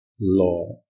law